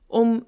om